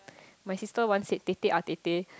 my sister once said tetek ah tete